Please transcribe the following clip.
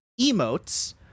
Emotes